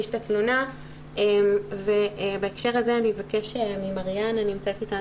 את התלונה ובהקשר הזה אבקש ממריאנה שנמצאת איתנו,